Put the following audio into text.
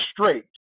straight